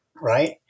right